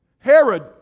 Herod